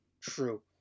true